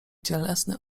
cielesny